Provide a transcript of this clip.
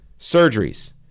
surgeries